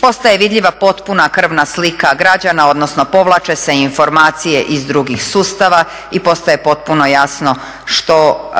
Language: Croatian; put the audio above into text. postaje vidljiva potpuna krvna slika građana, odnosno povlače se informacije iz drugih sustava i postaje potpuno jasno što